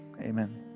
amen